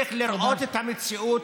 צריך לראות את המציאות,